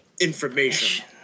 information